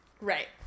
Right